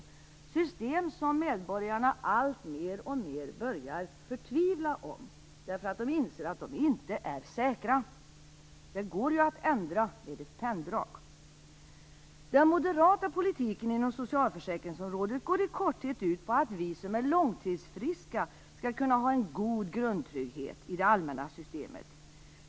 Det är system som medborgarna alltmer börjar tvivla över, därför att de inser att de inte är säkra. Det går att ändra med hjälp av ett penndrag. Den moderata politiken inom socialförsäkringsområdet går i korthet ut på att vi som är "långtidsfriska" skall kunna ha en god grundtrygghet i det allmänna systemet.